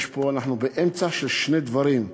אנחנו באמצע של שני דברים: